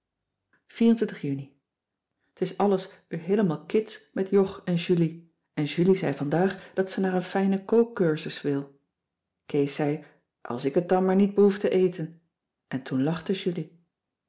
juni t is alles weer heelemaal kits met jog en julie en julie zei vandaag dat ze naar een fijne kookcursus wil kees zei als ik het dan maar niet behoef te eten en toen lachte julie